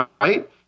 right